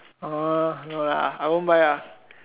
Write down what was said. !huh! no lah I won't buy lah